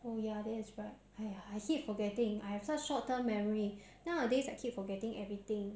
我现在是吃很少因为我要减肥